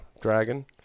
dragon